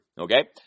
okay